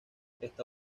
está